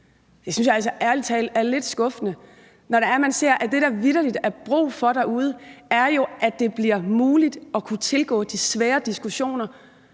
talt er lidt skuffende, når det er, man ser, at det, der vitterlig er brug for derude, jo er, at det bliver muligt at kunne tage de svære diskussioner,